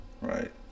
Right